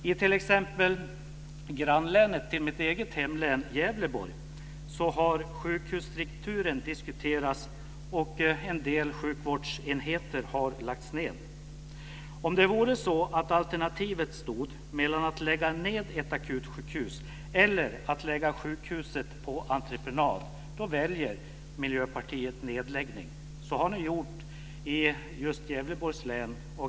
I t.ex. grannlänet till mitt eget hemlän, Gävleborg, har sjukhusstrukturen diskuterats och en del sjukvårdsenheter har lagts ned. Om alternativen vore att lägga ned ett akutsjukhus eller att lägga sjukhuset på entreprenad skulle Miljöpartiet välja nedläggning. Så har ni gjort i just Gävleborgs län.